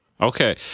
Okay